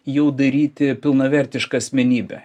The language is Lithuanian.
jau daryti pilnavertišką asmenybę